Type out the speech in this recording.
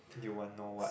you want know what